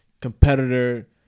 competitor